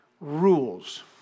Rules